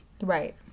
right